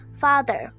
Father